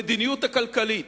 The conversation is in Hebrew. המדיניות הכלכלית,